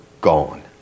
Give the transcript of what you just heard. gone